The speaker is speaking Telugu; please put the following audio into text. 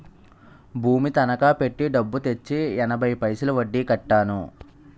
భూమి తనకా పెట్టి డబ్బు తెచ్చి ఎనభై పైసలు వడ్డీ కట్టాను